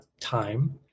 time